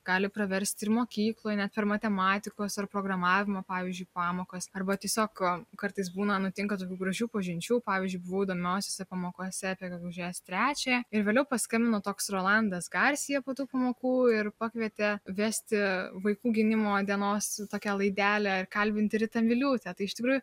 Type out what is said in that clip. gali praversti ir mokykloj net per matematikos ar programavimo pavyzdžiui pamokas arba tiesiog kartais būna nutinka tokių gražių pažinčių pavyzdžiui buvau įdomiosiose pamokose apie gegužės trečiąją ir vėliau paskambino toks rolandas karsija po tų pamokų ir pakvietė vesti vaikų gynimo dienos tokią laidelę kalbinti ritą miliūtę tai iš tikrųjų